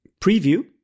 preview